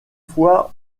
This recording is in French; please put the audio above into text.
fois